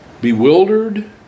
bewildered